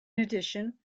addition